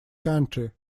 country